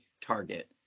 target